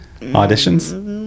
Auditions